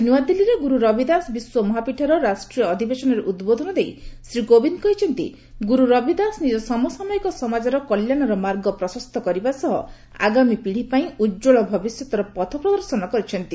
ଆକି ନୂଆଦିଲ୍ଲୀରେ ଗୁରୁ ରବିଦାସ ବିଶ୍ୱ ମହାପୀଠର ରାଷ୍ଟ୍ରୀୟ ଅଧିବେଶନରେ ଉଦ୍ବୋଧନ ଦେଇ ଶ୍ରୀ କୋବିନ୍ଦ କହିଛନ୍ତି ଗୁରୁ ରବିଦାସ ନିଜ ସମସାମୟିକ ସମାଜର କଲ୍ୟାଣର ମାର୍ଗ ପ୍ରଶସ୍ତ କରିବା ସହ ଆଗାମୀ ପିଢ଼ିପାଇଁ ଉଜ୍ଜଳ ଭବିଷ୍ୟତର ପଥ ପ୍ରଦର୍ଶନ କରିଛନ୍ତି